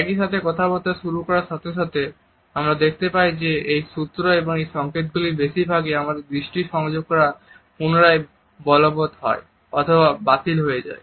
একইসাথে কথাবার্তা শুরু হওয়ার সাথে সাথে আমরা দেখতে পাই যে এই সূত্র এবং সংকেতগুলির বেশিভাগই আমাদের দৃষ্টি সংযোগ দ্বারা পুনরায় বলবৎ হয় অথবা বাতিল হয়ে যায়